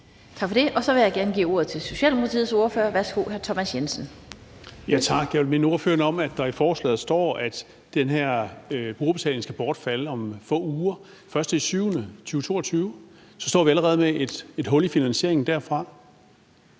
Tak for det. Så vil jeg gerne give ordet til Socialdemokratiets ordfører. Værsgo til hr. Thomas Jensen. Kl. 15:03 Thomas Jensen (S): Tak. Jeg vil minde ordføreren om, at der i forslaget står, at den her brugerbetaling skal bortfalde om få uger, nemlig den 1. juli 2022, og så står vi allerede med et hul i finansieringen derfra.